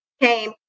came